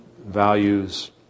values